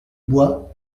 bois